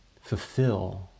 fulfill